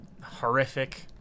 horrific